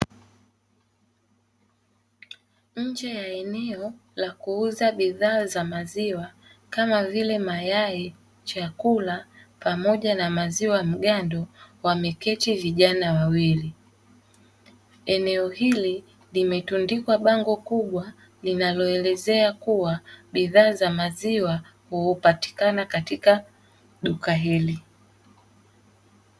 Nje ya eneo la kuuza bidhaa za maziwa, kama vile mayai, chakula pamoja na maziwa mgando, wameketi vijana wawili. Eneo hili limetundukwa bango kubwa linaloelezea kuwa bidhaa za maziwa hupatikana katika duka hili.